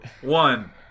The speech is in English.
one